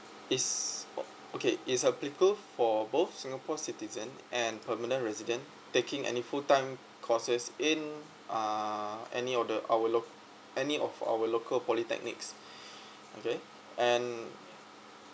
is oh okay it's applicable for both singapore citizen and permanent resident taking any full time courses in uh any of the our lo~ any of our local polytechnics okay and